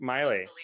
Miley